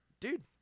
dude